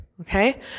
okay